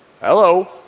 Hello